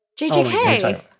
JJK